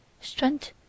Strength